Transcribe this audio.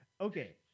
Okay